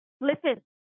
Listen